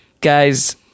Guys